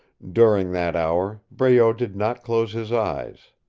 during that hour breault did not close his eyes.